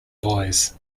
boys